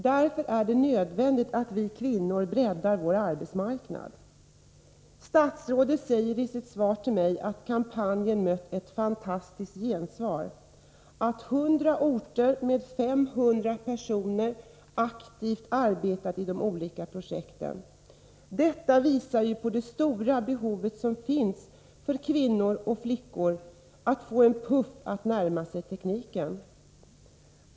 Därför är det nödvändigt att vi kvinnor breddar vår arbetsmarknad. Statsrådet säger i sitt svar till mig att kampanjen ”mött ett fantastiskt gensvar” och att 500 personer på 100 orter aktivt arbetar i de olika projekten. Detta visar på det stora behov som finns hos kvinnor och flickor av att få en puff för att närma sig tekniken.